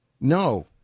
No